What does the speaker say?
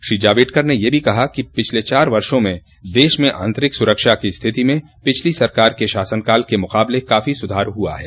श्री जावेडकर ने यह भी कहा कि पिछले चार वर्षो में देश में आतंरिक सुरक्षा की स्थिति मे पिछली सरकार के शासनकाल के मुकाबले काफी सुधार हुआ है